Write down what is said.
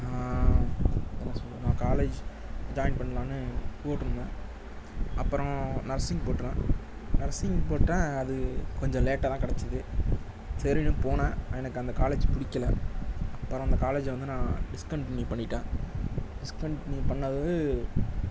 என்ன சொல்றேனா college join பண்லாம்னு போட்ருந்தேன் அப்பறம் நர்ஸிங் போட்டேன் நான் நர்சிங் போட்டேன் அது கொஞ்சம் லேட்டாக தான் கிடச்சிது சரினு போனேன் எனக்கு அந்த காலேஜ் பிடிக்கல அப்பறம் அந்த காலேஜை வந்து நான் டிஸ்கன்டினியூ பண்ணிட்டேன் டிஸ்கன்டினியூ பண்ணது